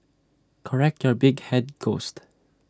correct your big Head ghost